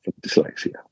dyslexia